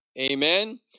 Amen